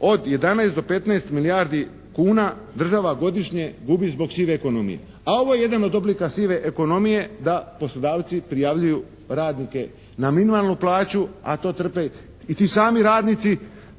od 11 do 15 milijardi kuna država godišnje gubi zbog sive ekonomije, a ovo je jedan od oblika sive ekonomije da poslodavci prijavljuju radnike na minimalnu plaću, a to trpe i ti sami radnici